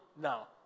now